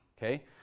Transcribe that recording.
Okay